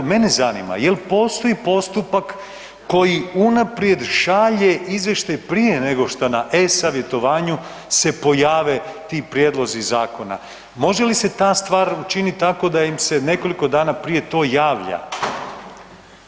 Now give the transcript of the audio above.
Mene zanima, jel postoji postupak koji unaprijed šalje izvještaj prije nego šta na e-savjetovanju se pojave ti prijedlozi zakona? može li ta stvar učiniti tako da im se nekoliko dana prije to javlja?